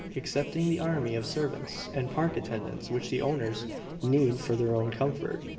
excepting the army of servants and park attendants which the owners need for their own comfort.